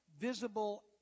visible